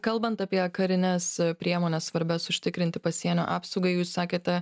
kalbant apie karines priemones svarbias užtikrinti pasienio apsaugą jūs sakėte